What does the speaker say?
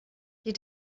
die